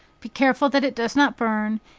be careful that it does not burn,